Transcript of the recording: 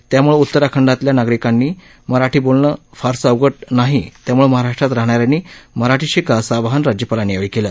त्यामुळे उतराखंडातल्या नागरिकांना मराठी बोलणं फारसं अवघड नाही त्यामुळे महाराष्ट्रात राहणाऱ्यांनी मराठी शिका असं आवाहन राज्यपालांनी यावेळी केलं